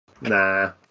Nah